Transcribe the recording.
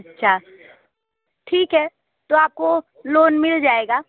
अच्छा ठीक है तो आपको लोन मिल जाएगा